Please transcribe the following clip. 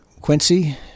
Quincy